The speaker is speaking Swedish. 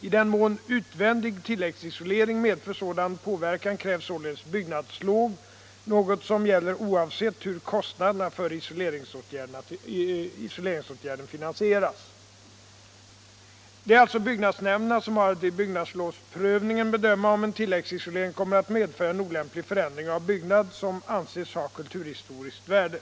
I den mån utvändig tilläggsisolering Tisdagen den medför sådan påverkan krävs således byggnadslov, något som gäller oav 10 februari 1976 sett hur kostnaderna för isoleringsåtgärden finansieras. Wkmor RN Det är alltså byggnadsnämnderna som har att vid byggnadslovspröv Om beaktande av ningen bedöma om en tilläggsisolering kommer att medföra en olämplig — kulturhistoriska förändring av byggnad som anses ha kulturhistoriskt värde.